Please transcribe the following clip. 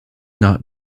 not